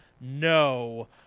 no